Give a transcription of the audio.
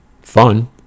fun